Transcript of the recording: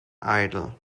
idol